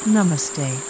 Namaste